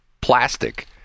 plastic